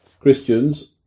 Christians